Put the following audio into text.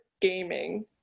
gaming